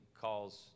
calls